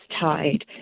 tied